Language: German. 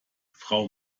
frau